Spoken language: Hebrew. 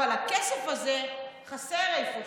אבל הכסף הזה חסר איפשהו".